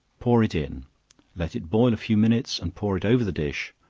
pour it in let it boil a few minutes and pour it over the dish,